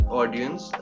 audience